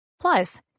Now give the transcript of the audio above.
Plus